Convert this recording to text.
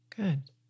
Good